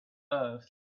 earth